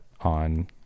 on